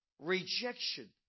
Rejection